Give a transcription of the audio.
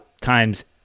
times